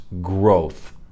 growth